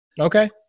Okay